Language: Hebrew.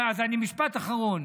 משפט אחרון.